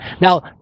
Now